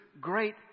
great